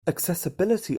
accessibility